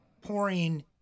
pouring